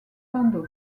bandeau